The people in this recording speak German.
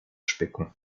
spicken